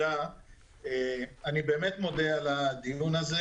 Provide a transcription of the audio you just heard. אני באמת מודה על הדיון הזה,